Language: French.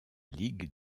ligue